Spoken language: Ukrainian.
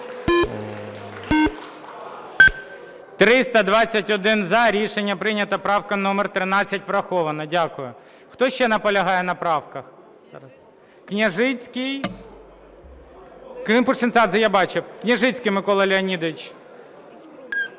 За-321 Рішення прийнято. Правка номер 13 врахована. Дякую. Хто ще наполягає на правках? Княжицький. Климпуш-Цинцадзе, я бачив. Княжицький Микола Леонідович.